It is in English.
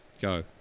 Go